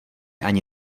ani